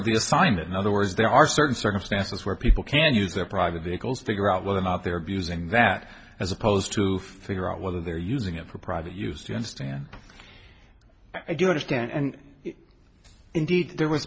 of the assignment in other words there are certain circumstances where people can use their private vehicles figure out whether or not they're abusing that as opposed to figure out whether they're using it for private use do you understand i do understand and indeed there w